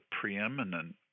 preeminent